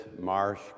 marsh